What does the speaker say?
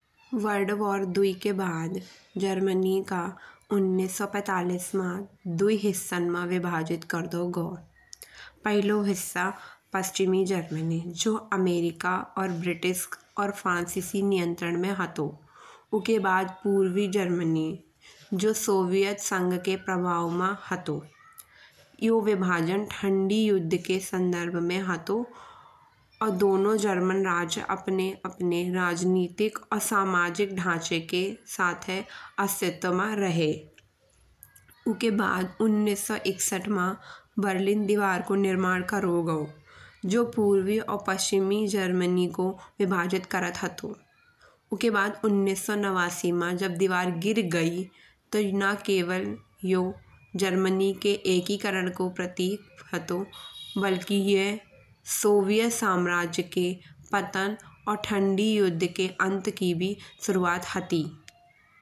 World war दूसरी के बाद जर्मनी का उन्नीस सौ पैंतालीस मा दुई हिस्सन मा विभाजित कर दाओ गओ। पहलो हिस्सा पश्चिमी जर्मिनी जो अमेरिका और ब्रिटिश और फ्रांसीसी नियंत्रण में हतो। उके बाद पूर्वी जर्मनी जो सोवियत संघ के प्रभाव मा हतो। यो विभाजन ठंडीयुद्ध के संदर्भ में हतो और दोनोंजर्मन राज्य अपने अपने राजनैतिक और सामाजिक ढांचे के साथे अस्तित्व मा रहे। उके बाद उन्नीस सौ इकसठ मा बर्लिन दीवार को निर्माण करो गओ। जो पूर्वी और पश्चिमी जर्मनी को विभाजित करत हतो। उके बाद उन्नीस सौ नवासी मा जब दीवार गिर गई। तो ना केवल यो जर्मनी के एकीकरण को प्रतीक हतो बल्कि यह सोवियत सम्राज्य के पतन और ठंडी युद्ध के अंत की भी शुरुआत हति।